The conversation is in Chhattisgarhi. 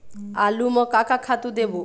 आलू म का का खातू देबो?